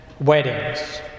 weddings